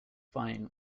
fine